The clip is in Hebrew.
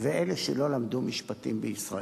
ואלה שלא למדו משפטים בישראל.